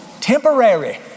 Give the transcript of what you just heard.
Temporary